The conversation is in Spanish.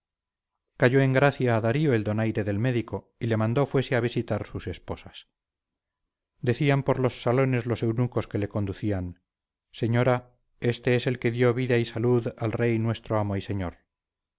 cayó en gracia a darío el donaire del médico y le mandó fuese a visitar sus esposas decían por los salones los eunucos que le conducían señora este es el que dio vida y salud al rey nuestro amo y señor